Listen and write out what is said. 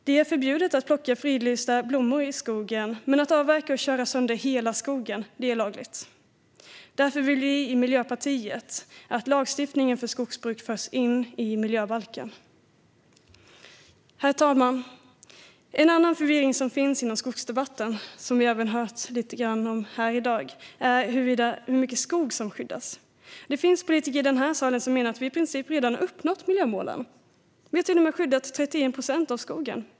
Det är förbjudet att plocka fridlysta blommor i skogen, men att avverka och köra sönder hela skogen är lagligt. Därför vill vi i Miljöpartiet att lagstiftningen för skogsbruk förs in i miljöbalken. Herr talman! En annan förvirring som finns inom skogsdebatten, och som vi även hört lite grann av här i dag, är hur mycket skog som skyddas. Det finns politiker i denna sal som menar att vi i princip redan uppnått miljömålen; vi har till och med skyddat 31 procent av skogen.